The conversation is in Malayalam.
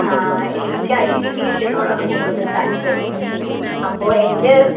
എനിക്ക് ഐ ടി ഫീൽഡിനോടാണ് കൂടുതൽ താല്പര്യം അപ്പോൾ എൻ്റെ